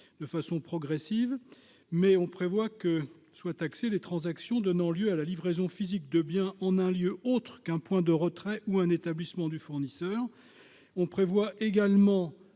de manière progressive, en prévoyant que soient taxées les transactions donnant lieu à la livraison physique de biens en un lieu autre qu'un point de retrait ou un établissement du fournisseur. Nous prévoyons également